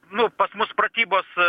nu pas mus pratybos